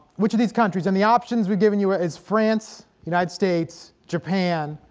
which of these countries and the options we've given you ah is france, united states, japan,